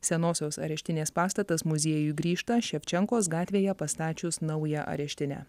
senosios areštinės pastatas muziejui grįžta ševčenkos gatvėje pastačius naują areštinę